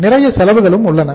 நிறைய செலவுகளும் உள்ளன